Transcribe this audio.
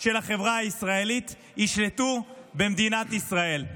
של החברה הישראלית ישלטו במדינת ישראל.